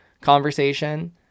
conversation